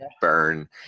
burn